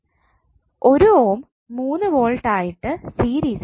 1 ohm 3 volt ആയിട്ട് സീരീസിൽ കിട്ടും